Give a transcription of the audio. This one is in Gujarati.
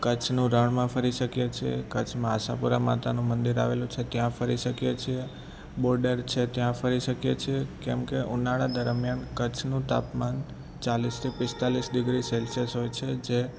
ક્ચ્છના રણમાં ફરી શકીએ છીએ કચ્છમાં આશાપુરા માતાનું મંદિર આવેલું છે ત્યાં ફરી શકીએ છીએ બોડર છે ત્યાં ફરી શકીએ છીએ કેમ કે ઉનાળા દરમિયાન ક્ચ્છનું તાપમાન ચાલીસ થી પિસ્તાલીસ ડિગ્રી સેલ્સિયસ હોય છે જે